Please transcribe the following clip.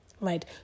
right